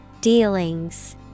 Dealings